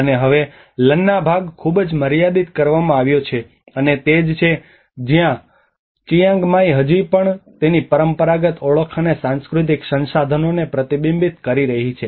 અને હવે લન્ના ભાગ ખૂબ જ મર્યાદિત કરવામાં આવ્યો છે અને તે જ છે જ્યાંની ચિઆંગ માઇ હજી પણ તેની પરંપરાગત ઓળખ અને સાંસ્કૃતિક સંસાધનોને પ્રતિબિંબિત કરી રહી છે